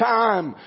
time